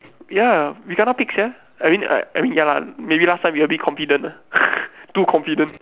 ya we kena pick sia I mean I mean ya lah maybe last time we a bit confident ah too confident